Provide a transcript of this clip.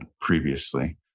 previously